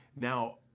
now